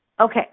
Okay